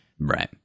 right